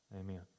Amen